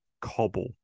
cobble